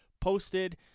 posted